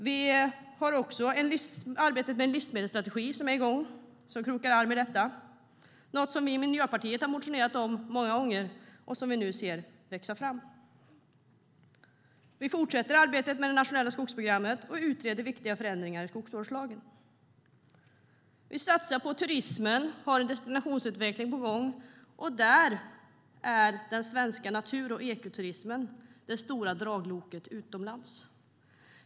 Vi har också arbetet med en livsmedelsstrategi som är igång och som krokar arm med detta. Det är någonting vi i Miljöpartiet har motionerat om många gånger och som vi nu ser växa fram. Vi fortsätter arbetet med det nationella skogsprogrammet och utreder viktiga förändringar i skogsvårdslagen. Vi satsar på turismen och har en destinationsutveckling på gång. Där är den svenska natur och ekoturismen det stora dragloket utomlands.